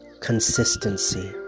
consistency